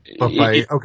okay